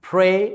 Pray